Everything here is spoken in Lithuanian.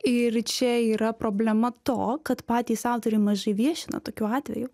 ir čia yra problema to kad patys autoriai mažai viešina tokių atvejų